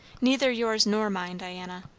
neither yours nor mine, diana.